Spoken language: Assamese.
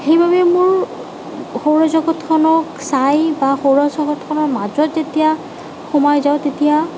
সেইবাবে মোৰ সৌৰজগতখনক চাই বা সৌৰজগতখনৰ মাজত যেতিয়া সোমাই যাওঁ তেতিয়া